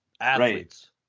athletes